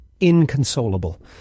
inconsolable